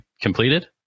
completed